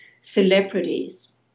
celebrities